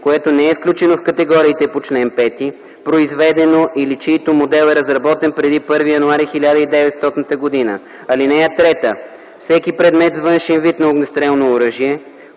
което не е включено в категориите по чл. 5, произведено или чийто модел е разработен преди 1 януари 1900 г. (3) Всеки предмет с външен вид на огнестрелно оръжие,